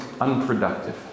unproductive